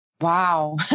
Wow